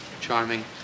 Charming